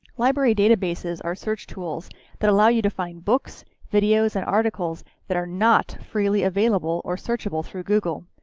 library databases are search tools that allow you to find books, videos and articles that are not freely available or searchable through google.